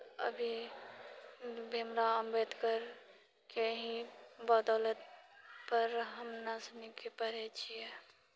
अभी भीमराव अम्बेडकरके ही बदौलतपर हमरासनीके पढ़ैत छियै